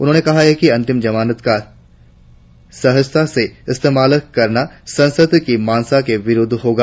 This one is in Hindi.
उन्होंने कहा कि अंतिम जमानत का सहजता से इस्तेमाल करना संसद की मंशा के विरुद्ध होगा